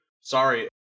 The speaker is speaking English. Sorry